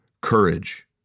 Courage